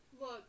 Look